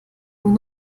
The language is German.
nur